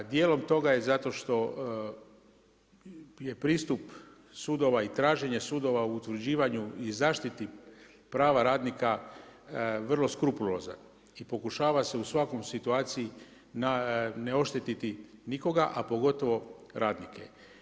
Dijelom toga i zato što je pristup sudova i traženje sudova u utvrđivanju i zaštiti prava radnika vrlo skrupulozan i pokušava se u svakoj situaciji ne oštetiti nikoga a pogotovo radnike.